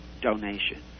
donation